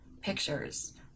pictures